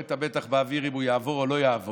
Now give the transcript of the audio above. את המתח באוויר אם הוא יעבור או לא יעבור,